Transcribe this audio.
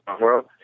world